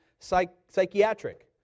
psychiatric